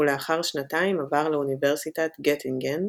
ולאחר שנתיים עבר לאוניברסיטת גטינגן,